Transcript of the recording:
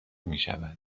میشود